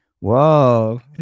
Whoa